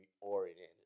oriented